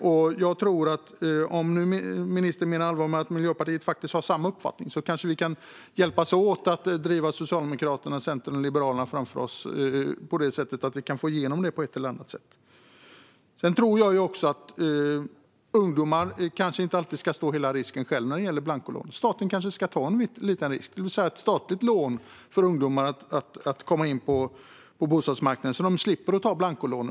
Om ministern nu menar allvar med att Miljöpartiet faktiskt har samma uppfattning kanske vi kan hjälpas åt att driva Socialdemokraterna, Centern och Liberalerna framför oss så att vi kan få igenom detta på ett eller annat sätt. Sedan tror jag också att ungdomar kanske inte alltid ska stå för hela risken själv när det gäller blankolån. Staten kanske ska ta en liten risk. Vi skulle kunna ha ett statligt lån för ungdomar så att de kan komma in på bostadsmarknaden och slipper ta blankolån.